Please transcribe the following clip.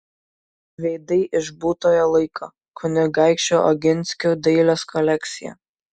veidai iš būtojo laiko kunigaikščių oginskių dailės kolekcija